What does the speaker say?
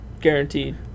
guaranteed